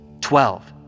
twelve